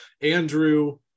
Andrew